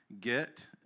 get